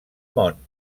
món